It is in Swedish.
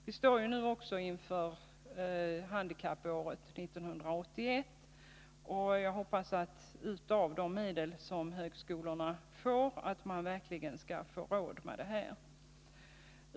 Vi står ju nu också inför handikappåret 1981, och jag hoppas att man med de pengar som högskolorna får kommer att kunna tillgodose de här behoven.